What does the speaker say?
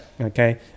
okay